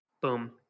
Boom